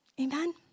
Amen